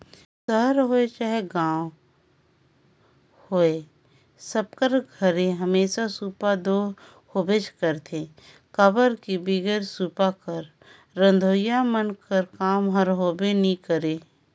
सहर होए चहे गाँव होए सब कर घरे हमेसा सूपा दो होबे करथे काबर कि बिगर सूपा कर रधोइया मन कर काम हर होबे नी करे